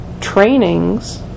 trainings